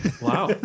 Wow